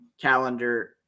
calendar